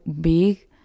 big